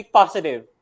positive